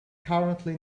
currently